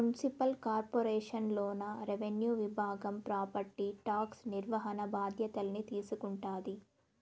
municipal corporation లోన revenue విభాగం property tax నిర్వహణ బాధ్యతల్ని తీసుకుంటాది